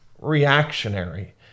reactionary